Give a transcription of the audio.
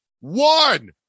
One